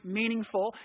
meaningful